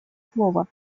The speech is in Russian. слово